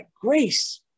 grace